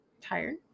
Tired